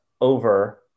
over